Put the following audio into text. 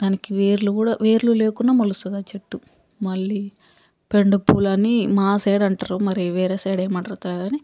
దానికి వేర్లు కూడా వేర్లు లేకుండానే మొలుస్తుంది ఆ చెట్టు మళ్ళీ పెండ పూలని మా సైడు అంటారు మరి వేరే సైడు ఏమంటారు తెలియదు కాని